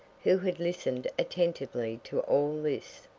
who had listened attentively to all this.